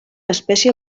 espècie